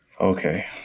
Okay